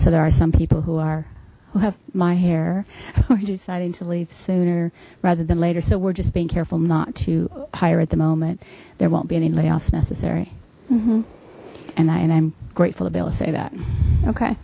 so there are some people who are we'll have my hair decided to leave sooner rather than later so we're just being careful not to hire at the moment there won't be any layoffs necessary mm hmm and i and i'm grateful to be able to say that okay